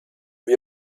wir